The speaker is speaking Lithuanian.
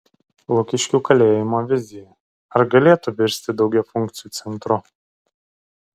lukiškių kalėjimo vizija ar galėtų virsti daugiafunkciu centru